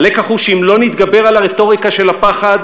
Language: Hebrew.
הלקח הוא שאם לא נתגבר על הרטוריקה של הפחד